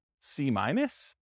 C-minus